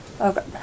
Okay